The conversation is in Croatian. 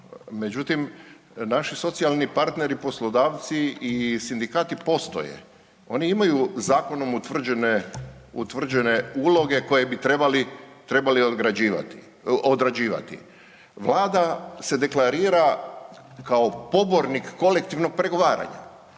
međutim naši socijalni partneri, poslodavci i sindikati postoje. Oni imaju zakon utvrđene uloge koje bi trebali odrađivati. Vlada se deklarira kao pobornik kolektivnog pregovaranja,